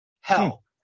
Hell